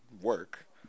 work